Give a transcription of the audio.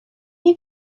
you